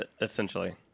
essentially